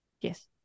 yes